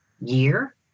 year